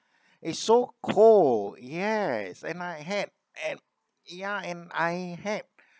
it's so cold yes and I had at ya and I had